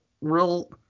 real